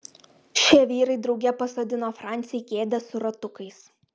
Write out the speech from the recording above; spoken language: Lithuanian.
šie vyrai drauge pasodino francį į kėdę su ratukais